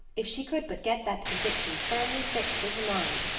if she could but get that conviction firmly fixed in her mind,